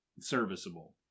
serviceable